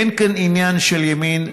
אין כאן עניין של ימין,